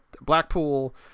Blackpool